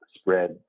spread